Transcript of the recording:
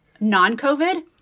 Non-COVID